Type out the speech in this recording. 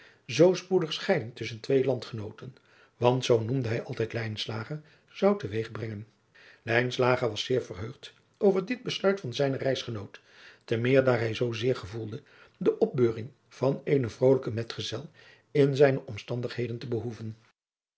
zoo spoedig scheiding tusschen twee landgenooten want zoo noemde hij altijd lijnslager zou te weeg brengen lijnslager was zeer verheugd over dit besluit van zijnen reisgenoot te meer daar hij zoo zeer gevoelde de opbeuring van adriaan loosjes pzn het leven van maurits lijnslager eenen vrolijken medgezel in zijne omstandigheden te behoeven